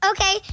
Okay